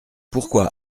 pourquoi